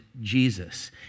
jesus